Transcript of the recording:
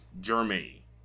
Germany